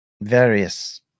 various